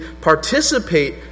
participate